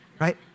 Right